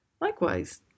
Likewise